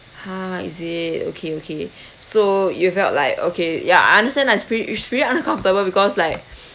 !huh! is it okay okay so you felt like okay ya I understand lah is pretty it's pretty uncomfortable because like